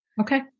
Okay